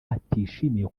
atishimiye